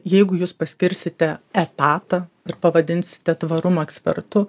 jeigu jūs paskirsite etatą ir pavadinsite tvarumo ekspertu